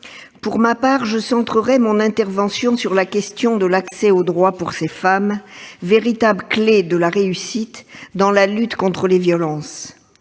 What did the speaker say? Pour ma part, je centrerai mon intervention sur la question de l'accès aux droits pour ces femmes, véritable clé de la réussite dans la lutte contre les violences.